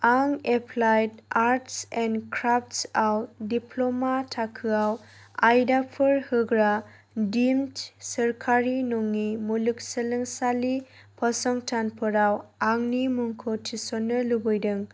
आं applied arts and crafts आव diploma थाखोआव आयदाफोर होग्रा दिम्टस् सरकारि नङि मुलुगसोलोंसालि फसंथानफोराव आंनि मुंखौ थिसननो लुबैदों